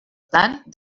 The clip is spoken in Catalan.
tant